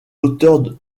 auteur